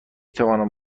توانم